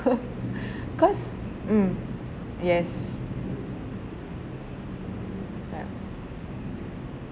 cause mm yes ya